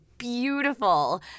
Beautiful